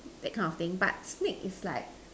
that kind of thing but snake is like